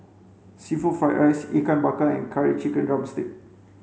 seafood fried rice Ikan Bakar and curry chicken drumstick